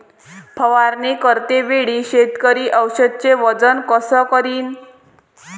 फवारणी करते वेळी शेतकरी औषधचे वजन कस करीन?